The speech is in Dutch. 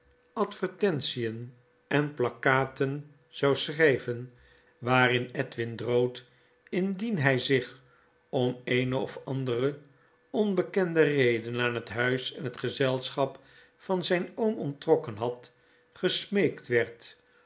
advertentieri en plakkaten zou schrjven waarin edwin drood indien hjj zich om eene of andere onbekende reden aan het huis en het gezelschap van zyn oom onttrokken had gesmeekt werd